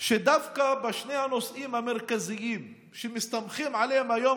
שדווקא בשני הנושאים המרכזיים שמסתמכים עליהם היום